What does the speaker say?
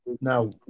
now